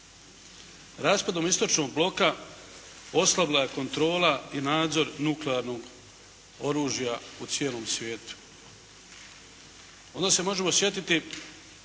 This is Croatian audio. Raspadom Istočnog bloka oslabila je kontrola i nadzor nuklearnog oružja u cijelom svijetu.